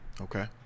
okay